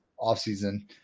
offseason